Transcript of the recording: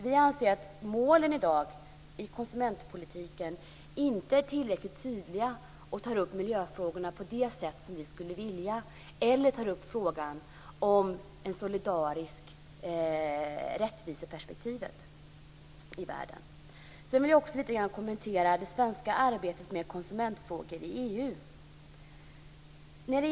Vi anser att målen för konsumentpolitiken i dag inte är tillräckligt tydliga och inte tar upp miljöfrågorna på det sätt som vi skulle vilja eller tar upp frågan om det solidariska rättviseperspektivet i världen. Sedan vill jag också lite grann kommentera det svenska arbetet med konsumentfrågor i EU.